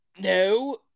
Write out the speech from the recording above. no